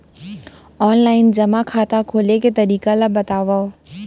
Online जेमा खाता खोले के तरीका ल बतावव?